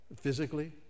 Physically